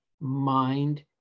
mind